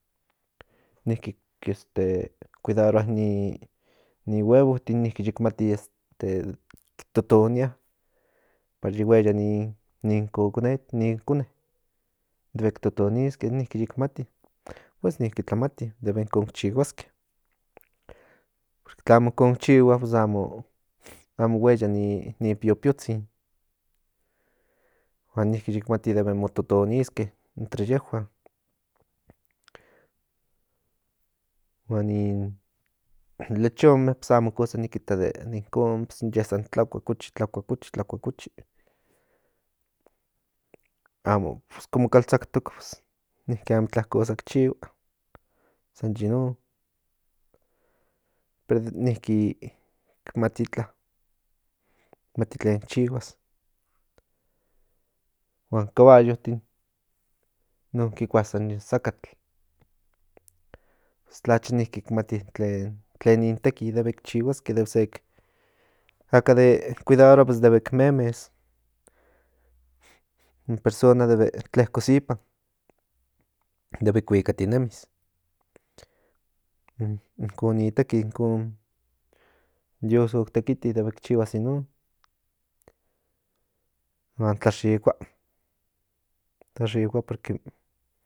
Niki esste kidarua nin guebonti este yikmati este totonia para yihueya ni cone debe totoniske yikmati pues niki klamati debe icon chihuaske otlamo icon chihua pos amo amo hueya ni piopiozhin huan niki yimati mo totoniske entre yejuan hua nin huan lechome amo kosa nikita klakukuchi klakukuchi amo komo kalzhaktos pos niki amo kosa chihua san yinon pero niki amo nika mati klen chihuas huan kaballotin non kikua sa yin sakatl pos klacha mati también klen ni teki debe chihuaske aka de kuidaroa debe montaske in persona debe klekos inihuan debe kuikatinemis ikon ni tekil ikon yo shotekiti huan shikua.